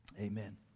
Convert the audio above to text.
Amen